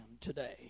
today